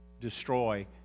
destroy